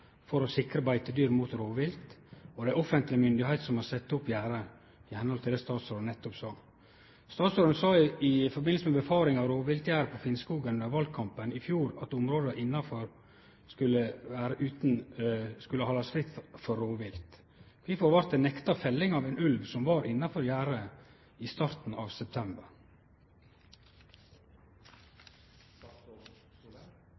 for å sikre beitedyr mot rovvilt, og det er offentlege myndigheiter som har sett opp gjerde, ifølgje det statsråden nettopp sa om rovviltsikre gjerde. Statsråden sa, i samband med synfaring av rovviltgjerde på Finnskogen i valkampen i fjor, at områda innanfor skulle haldast frie for rovvilt. Kvifor vart det nekta felling av ein ulv som var innanfor gjerdet i starten av